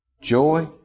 joy